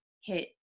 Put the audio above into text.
hit